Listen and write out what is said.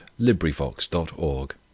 LibriVox.org